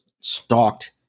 stalked